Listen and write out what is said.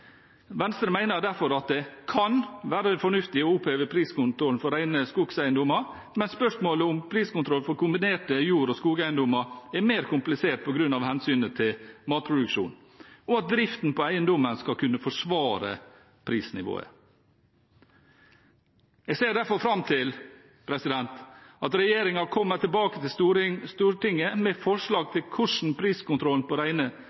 Venstre mener derfor at det kan være fornuftig å oppheve priskontrollen for rene skogeiendommer, men spørsmålet om priskontroll for kombinerte jord- og skogeiendommer er mer komplisert på grunn av hensynet til matproduksjon, og at driften på eiendommen skal kunne forsvare prisnivået. Jeg ser derfor fram til at regjeringen kommer tilbake til Stortinget med forslag til hvordan priskontrollen på